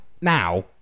now